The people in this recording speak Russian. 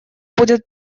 будет